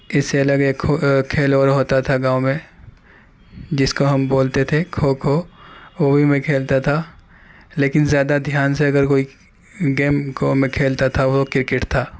اس سے الگ ایک کھیل اور ہوتا تھا گاؤں میں جس کو ہم بولتے تھے کھو کھو وہ بھی میں کھیلتا تھا لیکن زیادہ دھیان سے اگر کوئی گیم کو میں کھیلتا تھا وہ کرکٹ تھا